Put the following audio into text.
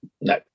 no